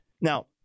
Now